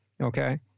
Okay